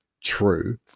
true